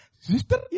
Sister